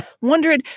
wondering